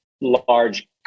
large